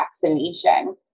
vaccination